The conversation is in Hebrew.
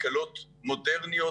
כלכלות מודרניות,